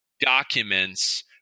documents